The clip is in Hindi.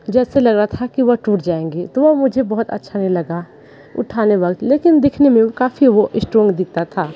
जैसे लग रहा था कि वह टूट जाएँगे तो वह मुझे बहुत अच्छा नहीं लगा उठाने वक़्त लेकिन दिखने में काफ़ी वह स्ट्रॉंग दिखता था